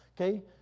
okay